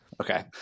Okay